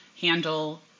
handle